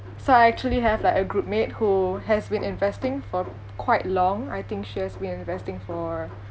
so I actually have like a group mate who has been investing for quite long I think she has been investing for